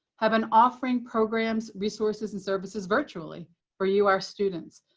have been offering programs, resources, and services virtually for you, our students.